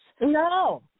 No